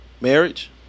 marriage